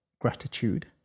gratitude